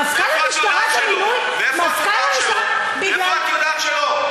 מפכ"ל המשטרה זה מינוי, מאיפה את יודעת שלא?